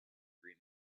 green